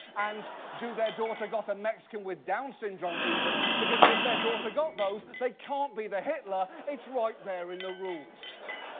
and do their daughter got a mexican with with down syndrome even? because if their daughter got those, but they can't be the hitler. it's right there in the rules.